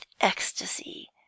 ecstasy